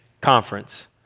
Conference